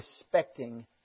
respecting